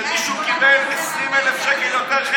כשמישהו קיבל 20,000 שקלים יותר,